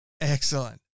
Excellent